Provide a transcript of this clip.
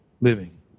living